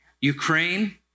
Ukraine